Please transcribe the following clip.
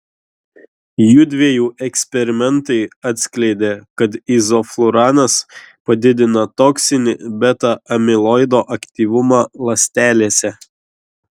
jųdviejų eksperimentai atskleidė kad izofluranas padidina toksinį beta amiloido aktyvumą ląstelėse